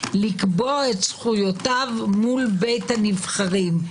לקבוע את זכויותיו מול בית הנבחרים,